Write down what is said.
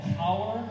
power